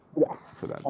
Yes